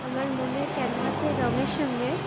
আমার মনের ক্যানভাসের রঙের সঙ্গে